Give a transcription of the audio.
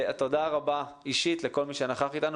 תודה רבה אישית לכל מי שנכח אתנו.